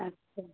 अच्छा